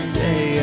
day